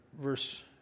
Verse